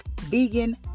vegan